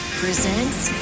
presents